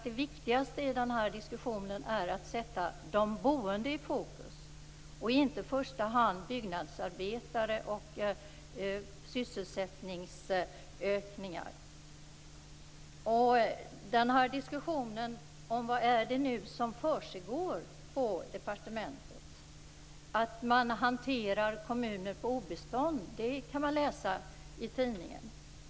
Det viktigaste i den här diskussionen är att sätta de boende i fokus och inte i första hand byggnadsarbetare och sysselsättningsökningar. Vad är det nu som försiggår på departementet? Att man hanterar kommuner på obestånd kan man läsa i tidningen.